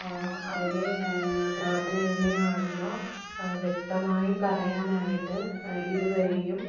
അതിൻ്റെ പ്രവർത്തനം എങ്ങനെയാണെന്നോ വ്യക്തമായി പറയാനായിട്ട് ഇതുവരെയും